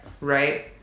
Right